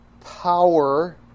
power